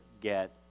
get